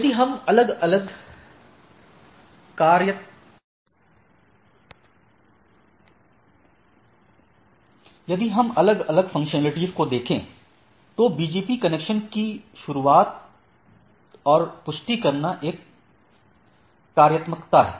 यदि हम अलग अलग कार्यात्मकताओं को देखें तो BGP कनेक्शन की शुरुआत और पुष्टि करना एक कार्यात्मकता है